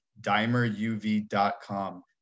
dimeruv.com